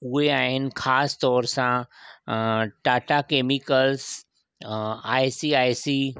उहे आहिनि ख़ासि तौरु सां Tata chemicals I C I C